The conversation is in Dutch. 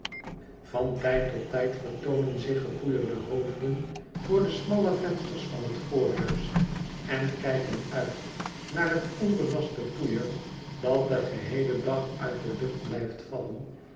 van tijd tot tijd vertoonen zich gepoeierde hoofden voor de smalle vensters van het voorhuis en kijken uit naar het onbelaste poeier dat den geheelen dag uit de lucht blijft vallen